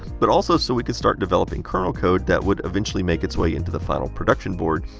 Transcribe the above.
but also so we could start developing kernel code that would eventually make its way into the final production board.